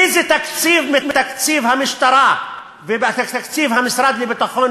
איזה תקציב מתקציב המשטרה ומתקציב המשרד לביטחון